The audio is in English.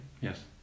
Yes